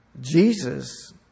Jesus